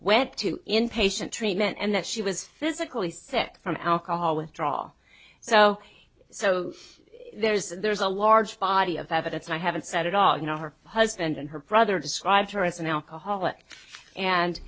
went to inpatient treatment and that she was physically sick from alcohol withdrawal so so there is there's a large body of evidence i haven't said at all you know her husband and her brother described her as an alcoholic and